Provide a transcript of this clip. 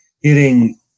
hitting